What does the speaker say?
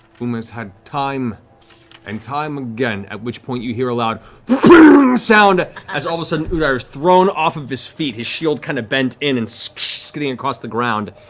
whom has had time and time again at which point you hear a loud sound as all of a sudden, udire's thrown off of his feet, his shield kind of bent in and so skidding across the ground.